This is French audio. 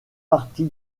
partie